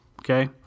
Okay